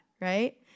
right